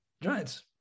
Giants